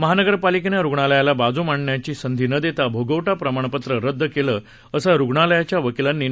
महानगरपालिकेने रुग्णालयाला बाजू मांडण्याची संधी न देता भोगवटा प्रमाणपत्र रद्द केलं असं रुग्णालयाच्या वकिलांनी न्यायालयाला सांगितलं